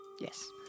yes